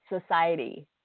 society